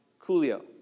Coolio